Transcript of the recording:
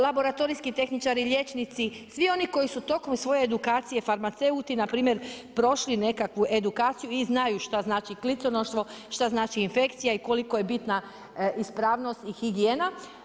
Laboratorijski tehničari, liječnici, svi oni koji su tokom svoje edukacije, farmaceuti na primjer prošli nekakvu edukaciju i znaju šta znači kliconoštvo, šta znači infekcija i koliko je bitna ispravnost i higijena.